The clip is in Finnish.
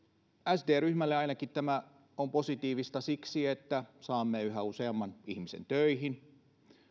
sd ryhmälle tämä on positiivista siksi että saamme yhä useamman ihmisen töihin